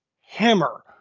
Hammer